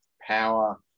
power